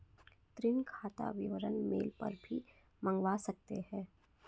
ऋण खाता विवरण मेल पर भी मंगवा सकते है